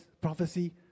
prophecy